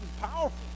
powerful